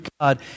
God